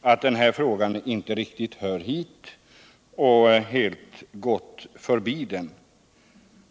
att denna fråga inte riktigt hör hit och helt gått förbi den.